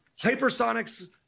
hypersonics